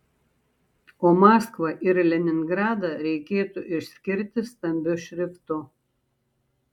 o maskvą ir leningradą reikėtų išskirti stambiu šriftu